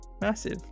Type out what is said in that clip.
Massive